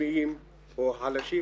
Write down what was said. הצמאים או החלשים